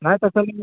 नाही तसं मी